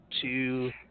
two